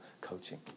coaching